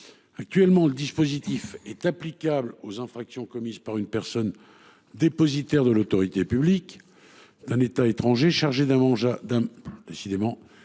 Actuellement, le dispositif est applicable aux infractions commises par « une personne dépositaire de l’autorité publique d’un État étranger, chargée d’un mandat